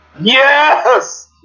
Yes